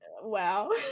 Wow